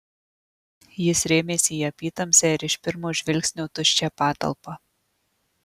jis rėmėsi į apytamsę ir iš pirmo žvilgsnio tuščią patalpą